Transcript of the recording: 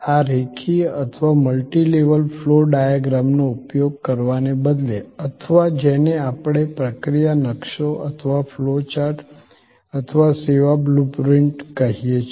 આ રેખીય અથવા મલ્ટી લેવલ ફ્લો ડાયાગ્રામનો ઉપયોગ કરવાને બદલે અથવા જેને આપણે પ્રક્રિયા નકશો અથવા ફ્લો ચાર્ટ અથવા સેવા બ્લુ પ્રિન્ટ કહીએ છીએ